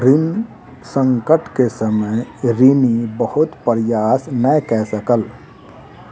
ऋण संकट के समय ऋणी बहुत प्रयास नै कय सकल